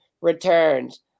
returns